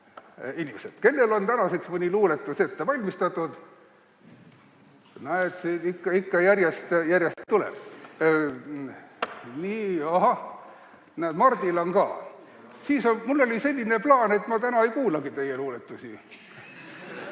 inimesed, kellel on tänaseks mõni luuletus ette valmistatud. Näete, ikka järjest tuleb. Nii, ahah, näete, Mardil on ka. Mul oli selline plaan, et ma täna ei kuulagi teie luuletusi,